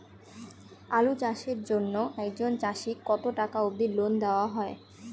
আলু চাষের জন্য একজন চাষীক কতো টাকা অব্দি লোন দেওয়া হয়?